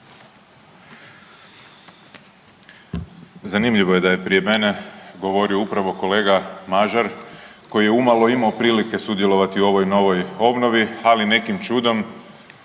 Zanimljivo je da je prije mene govorio upravo kolega Mažar koji je umalo imao prilike sudjelovati u ovoj novoj obnovi, ali nekim čudom